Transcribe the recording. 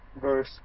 verse